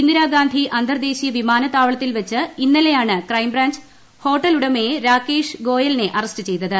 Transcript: ഇന്ദിരാഗാന്ധി അന്തർദേശ്വീയി പിമാനത്താവളത്തിൽ വച്ച് ഇന്നലെയാണ് ക്രൈംബ്രാഞ്ച് ഹ്ലോട്ട്ൽ ഉടമ രാകേഷ് ഗോയലിനെ അറസ്റ്റ് ചെയ്തത്